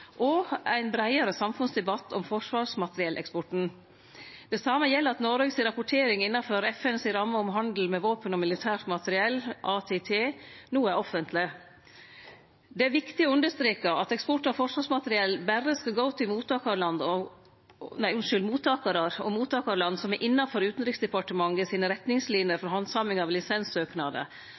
og ein breiare samfunnsdebatt om forsvarsmaterielleksporten. Det same gjeld at Noregs rapportering innanfor FNs ramme om handel med våpen og militært materiell, ATT, no er offentleg. Det er viktig å understreke at eksport av forsvarsmateriell berre skal gå til mottakarar og mottakarland som er innanfor Utanriksdepartementets retningsliner for handsaming av lisenssøknader,